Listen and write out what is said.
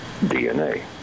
DNA